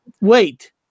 Wait